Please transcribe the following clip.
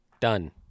Done